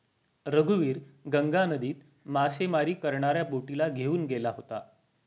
रघुवीर गंगा नदीत मासेमारी करणाऱ्या बोटीला घेऊन गेला होता